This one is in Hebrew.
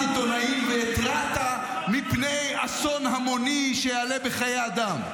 עיתונאים והתרעת מפני אסון המוני שיעלה בחיי אדם?